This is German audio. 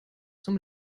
zum